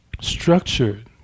structured